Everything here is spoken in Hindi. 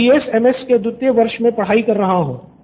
मैं बीएसएमएस के दुत्य वर्ष मे पढ़ाई कर रहा हूँ